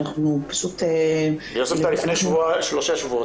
אנחנו פשוט --- ביוספטל לפני שלושה שבועות